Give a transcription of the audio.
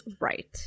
right